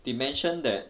they mention that